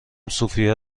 سوفیا